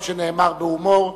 אף-על-פי שנאמר בהומור,